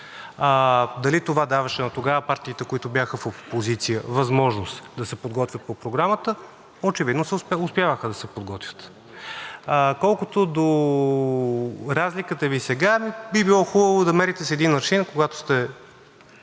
тогава това даваше на партиите, които бяха в опозиция, възможност да се подготвят по програмата – очевидно успяваха да се подготвят. Колкото до разликата Ви сега, би било хубаво да мерите с един аршин, когато сте